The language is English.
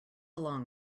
long